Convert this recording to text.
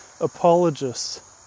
apologists